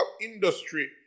industry